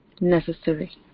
necessary